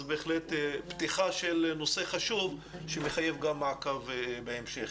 אז בהחלט זו פתיחה של נושא שמחייב גם מעקב בהמשך.